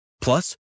Plus